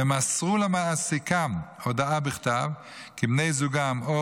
והם מסרו למעסיקם הודעה בכתב כי בני זוגם או